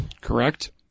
Correct